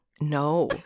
No